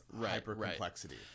hyper-complexity